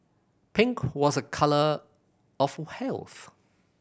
pink was a colour of health